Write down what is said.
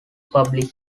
public